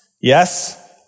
Yes